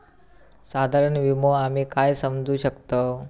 साधारण विमो आम्ही काय समजू शकतव?